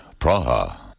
Praha